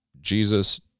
Jesus